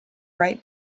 write